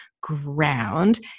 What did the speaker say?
ground